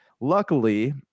Luckily